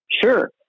Sure